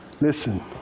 Listen